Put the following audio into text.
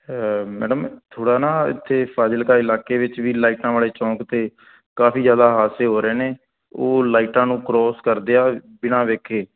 madam ਥੋੜ੍ਹਾ ਨਾ ਇੱਥੇ ਫ਼ਾਜ਼ਿਲਕਾ ਇਲਾਕੇ ਵਿੱਚ ਵੀ ਲਾਈਟਾਂ ਵਾਲੇ ਚੌਂਕ 'ਤੇ ਕਾਫ਼ੀ ਜ਼ਿਆਦਾ ਹਾਦਸੇ ਹੋ ਰਹੇ ਨੇ ਉਹ ਲਾਈਟਾਂ ਨੂੰ ਕ੍ਰੋਸ ਕਰਦੇ ਆ ਬਿਨਾਂ ਵੇਖੇ